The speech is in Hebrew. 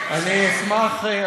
אני אשמח,